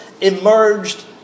emerged